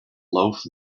loaf